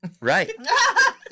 right